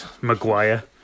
Maguire